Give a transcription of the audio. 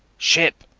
ship.